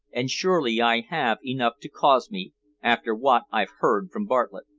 and surely i have enough to cause me after what i've heard from bartlett.